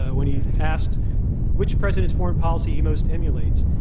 ah when he asked which president's foreign policy he most emulates.